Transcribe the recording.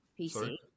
PC